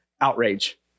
outrage